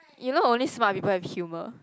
you know only smart people have humor